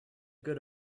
good